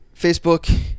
Facebook